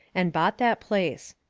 and bought that place.